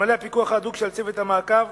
אלמלא הפיקוח ההדוק של צוות המעקב,